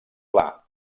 pla